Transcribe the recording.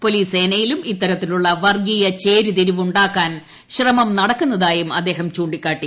police സേനയിലും ഇത്തരത്തിലുള്ള വർഗീയ ചേരിതിരിവ് ഉണ്ടാക്കാൻ ശ്രമം നടക്കുന്നതായും അദ്ദേഹം ചൂണ്ടിക്കാട്ടി